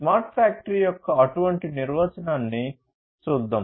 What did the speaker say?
smart factory యొక్క అటువంటి నిర్వచనాన్ని చూద్దాం